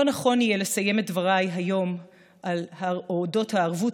לא נכון יהיה לסיים את דבריי היום על אודות הערבות